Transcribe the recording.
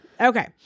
Okay